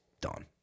Done